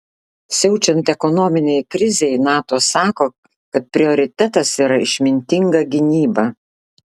siaučiant ekonominei krizei nato sako kad prioritetas yra išmintinga gynyba